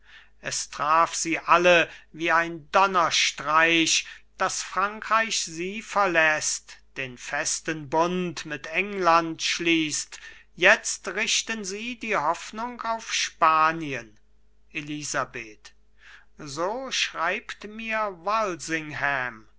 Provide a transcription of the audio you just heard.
es traf sie alle wie ein donnerstreich daß frankreich sie verläßt den festen bund mit england schließt jetzt richten sie die hoffnung auf spanien elisabeth so schreibt mir